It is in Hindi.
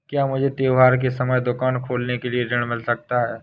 क्या मुझे त्योहार के समय दुकान खोलने के लिए ऋण मिल सकता है?